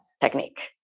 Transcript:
technique